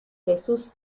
jesús